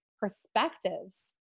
perspectives